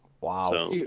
Wow